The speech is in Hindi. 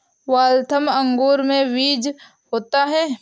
वाल्थम अंगूर में बीज होता है